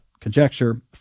conjecture